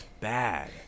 bad